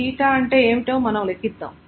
Theta అంటే ఏమిటో మనం లెక్కిద్దాం